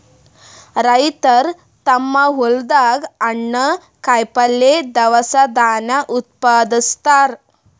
ರೈತರ್ ತಮ್ಮ್ ಹೊಲ್ದಾಗ ಹಣ್ಣ್, ಕಾಯಿಪಲ್ಯ, ದವಸ ಧಾನ್ಯ ಉತ್ಪಾದಸ್ತಾರ್